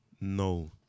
No